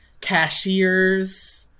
cashiers